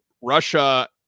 Russia